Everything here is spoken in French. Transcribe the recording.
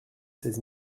seize